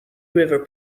river